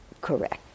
correct